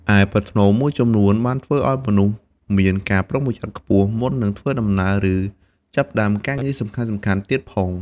ឯប្រផ្នូលមួយចំនួនបានធ្វើឲ្យមនុស្សមានការប្រុងប្រយ័ត្នខ្ពស់មុននឹងធ្វើដំណើរ ឬចាប់ផ្តើមការងារសំខាន់ៗទៀតផង។